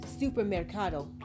Supermercado